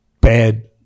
bad